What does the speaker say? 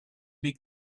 big